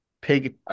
Pig